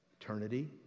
eternity